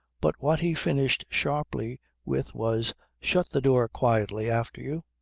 but what he finished sharply with was shut the door quietly after you.